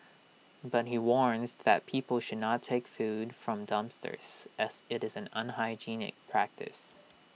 but he warns that people should not take food from dumpsters as IT is an unhygienic practice